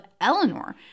Eleanor